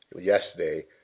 yesterday